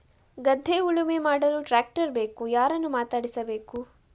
ಗದ್ಧೆ ಉಳುಮೆ ಮಾಡಲು ಟ್ರ್ಯಾಕ್ಟರ್ ಬೇಕು ಯಾರನ್ನು ಮಾತಾಡಿಸಬೇಕು?